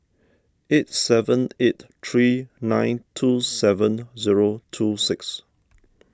eight seven eight three nine two seven zero two six